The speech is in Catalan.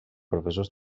professors